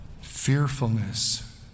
fearfulness